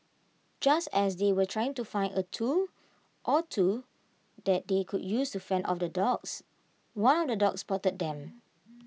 just as they were trying to find A tool or two that they could use to fend off the dogs one of the dogs spotted them